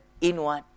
inward